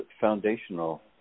foundational